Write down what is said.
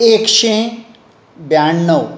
एकशें ब्याण्णव